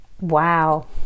Wow